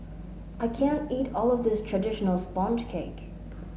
I can't eat all of this traditional sponge cake